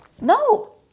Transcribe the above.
No